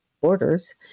borders